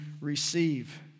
receive